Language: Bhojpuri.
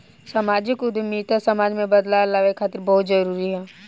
सामाजिक उद्यमिता समाज में बदलाव लावे खातिर बहुते जरूरी ह